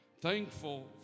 Thankful